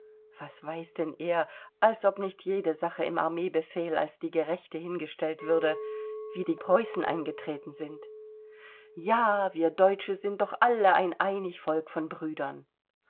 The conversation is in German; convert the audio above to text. was weiß denn er als ob nicht jede sache im armeebefehl als die gerechte hingestellt würde wie die preußen eingetreten sind ja wir deutsche sind doch alle ein einig volk von brüdern